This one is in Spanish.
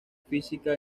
física